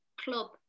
club